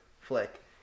flick